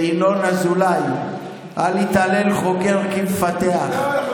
ינון אזולאי, אל יתהלל חוגר כמפתח.